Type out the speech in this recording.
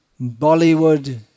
Bollywood